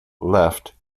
left